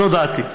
זו דעתי.